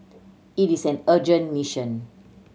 it is an urgent mission